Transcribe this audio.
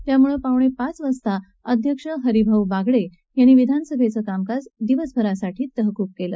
त्यामुळे पावणेपाच वाजता अध्यक्ष हरिभाऊ बागडे यांनी विधानसभेचं कामकाज दिवसभरासाठी तहकूब केलं